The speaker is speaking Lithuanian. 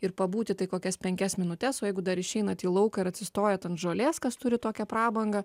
ir pabūti tai kokias penkias minutes o jeigu dar išeinat į lauką ir atsistojot ant žolės kas turit tokią prabangą